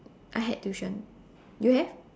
I had tuition you have